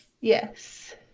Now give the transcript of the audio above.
Yes